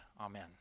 Amen